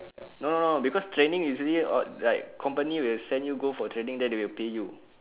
no no no because training usually ought like company will send you go for training then they will pay you